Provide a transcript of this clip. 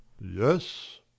Yes